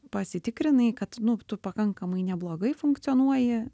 pasitikrinai tai kad nu tu pakankamai neblogai funkcionuoji